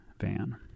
van